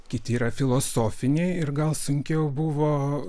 kiti yra filosofiniai ir gal sunkiau buvo